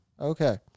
Okay